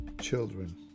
children